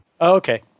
Okay